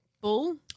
bull